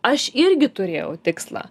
aš irgi turėjau tikslą